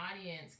audience